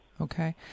Okay